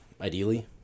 Ideally